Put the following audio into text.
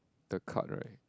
the card right